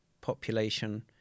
population